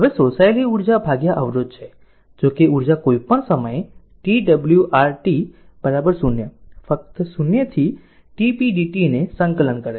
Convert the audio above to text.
હવે શોષાયેલી ઉર્જા અવરોધ છે જોકે ઉર્જા કોઈપણ સમયે t W R t 0 ફક્ત 0 થી t p dt ને સંકલન કરે છે